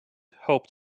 helped